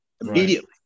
immediately